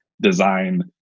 design